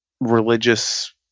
religious